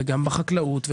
גם בחקלאות,